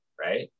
right